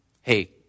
Hey